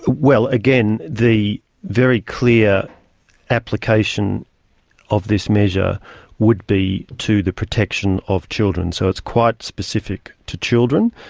well again, the very clear application of this measure would be to the protection of children. so it's quite specific to children.